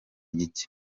gicye